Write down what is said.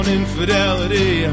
infidelity